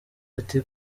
ati